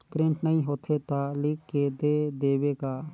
Print नइ होथे ता लिख के दे देबे का?